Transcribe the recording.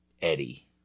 Eddie